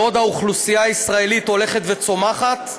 בעוד האוכלוסייה הישראלית הולכת וצומחת,